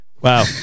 Wow